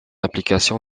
implication